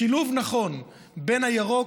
לשילוב נכון בין הירוק,